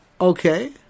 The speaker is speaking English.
Okay